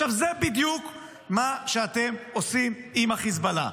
עכשיו, זה בדיוק מה שאתם עושים עם החיזבאללה.